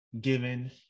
given